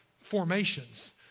formations